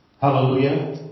Hallelujah